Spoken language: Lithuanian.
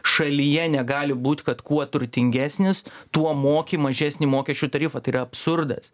šalyje negali būt kad kuo turtingesnis tuo moki mažesnį mokesčių tarifą tai yra absurdas